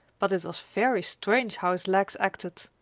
but it was very strange how his legs acted.